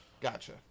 Gotcha